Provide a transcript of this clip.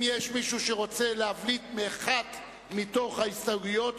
אם יש מישהו שרוצה להבליט אחת מתוך ההסתייגויות,